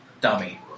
Dummy